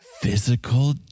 physical